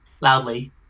Loudly